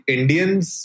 Indians